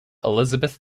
elizabeth